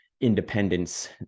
independence